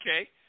Okay